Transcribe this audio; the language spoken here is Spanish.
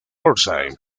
orsay